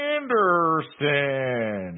Anderson